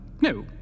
No